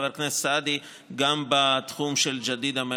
חבר הכנסת סעדי,